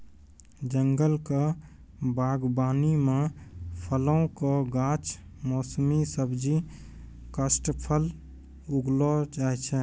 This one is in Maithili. जंगल क बागबानी म फलो कॅ गाछ, मौसमी सब्जी, काष्ठफल उगैलो जाय छै